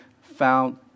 found